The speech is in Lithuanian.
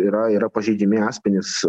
yra yra pažeidžiami asmenys